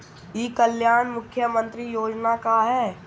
ई कल्याण मुख्य्मंत्री योजना का है?